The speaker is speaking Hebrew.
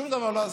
שום דבר לא עשה.